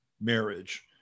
marriage